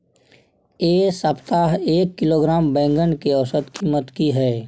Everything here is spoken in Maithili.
ऐ सप्ताह एक किलोग्राम बैंगन के औसत कीमत कि हय?